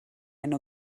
ein